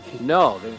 No